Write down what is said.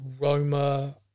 Roma